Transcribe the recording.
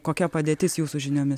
kokia padėtis jūsų žiniomis